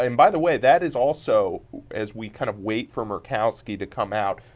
um by the way, that is also as we kind of wait for murkowski to come out,